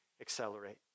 accelerate